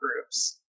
groups